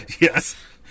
Yes